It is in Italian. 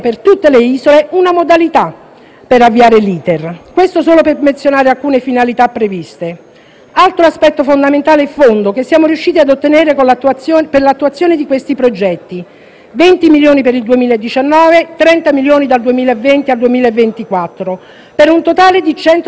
per avviare l'*iter*. Questo solo per menzionare alcune finalità previste. Altro aspetto fondamentale è il fondo che siamo riusciti ad ottenere per l'attuazione di questi progetti: 20 milioni di euro per il 2019 e 30 milioni dal 2020 al 2024, per un totale di 170 milioni di euro in sei anni.